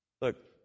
Look